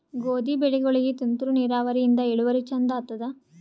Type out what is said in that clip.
ಗೋಧಿ ಬೆಳಿಗೋಳಿಗಿ ತುಂತೂರು ನಿರಾವರಿಯಿಂದ ಇಳುವರಿ ಚಂದ ಆತ್ತಾದ?